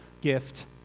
gift